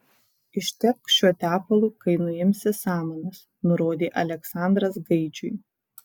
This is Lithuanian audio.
ištepk šiuo tepalu kai nuimsi samanas nurodė aleksandras gaidžiui